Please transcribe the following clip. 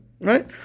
Right